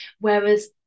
whereas